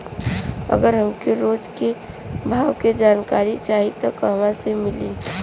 अगर हमके रोज के भाव के जानकारी चाही त कहवा से मिली?